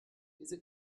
diese